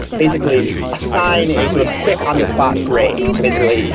basically assign a sort of quick on the spot grade. so basically,